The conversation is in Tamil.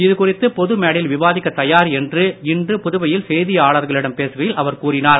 இது குறித்து பொது மேடையில் விவாதிக்க தயார் என்று இன்று புதுவையில் செய்தியாளர்களிடம் பேசுகையில் அவர் கூறினார்